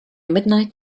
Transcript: midnight